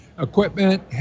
equipment